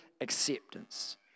acceptance